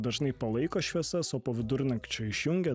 dažnai palaiko šviesas o po vidurnakčio išjungia